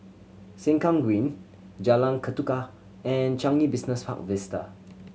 Sengkang Green Jalan Ketuka and Changi Business Park Vista